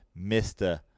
Mr